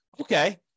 Okay